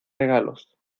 regalos